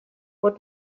what